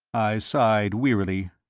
i sighed wearily.